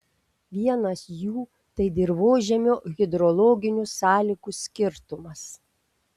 vienas jų tai dirvožemio hidrologinių sąlygų skirtumas